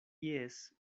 ies